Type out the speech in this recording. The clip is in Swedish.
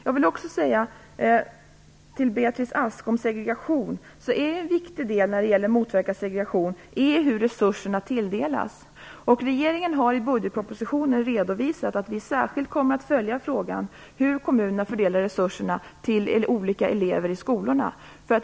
Jag vill också säga något till Beatrice Ask om segregation. En viktig del när det gäller att motverka segregation är hur resurserna tilldelas. Regeringen har i budgetpropositionen redovisat att vi särskilt kommer att följa frågan om hur kommunerna fördelar resurserna till olika elever i skolorna.